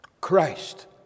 Christ